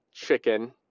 chicken